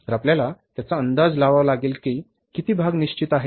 तर आपल्याला त्याचा अंदाज लावावा लागेल की किती भाग निश्चित आहे